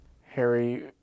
Harry